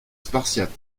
spartiates